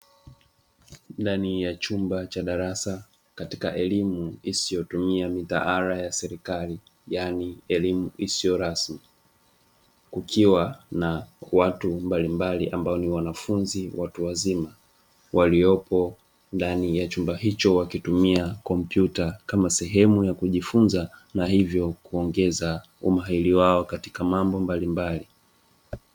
Ndani ya chumba cha darasa katika elimu isiyotumia mitahara ya serikali yaani elimu isiyo rasmi, kukiwa na watu mbalimbali ambao ni wanafunzi watu wazima, waliopo ndani ya chumba hicho wakitumia kompyuta kama sehemu ya kujifunza na hivyo kuongeza umahiri wao katika mambo mbalimbali.